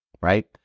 right